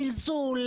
זלזול,